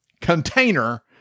container